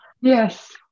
Yes